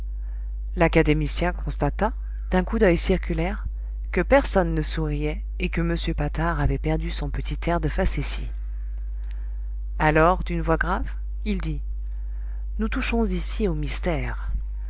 l'académicien constata d'un coup d'oeil circulaire que personne ne souriait et que m patard avait perdu son petit air de facétie alors d'une voix grave il dit nous touchons ici au mystère